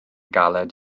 galed